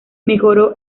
mejoró